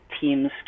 teams